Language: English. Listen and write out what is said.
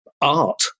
art